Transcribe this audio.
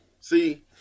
see